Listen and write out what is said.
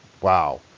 wow